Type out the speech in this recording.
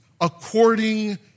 according